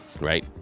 right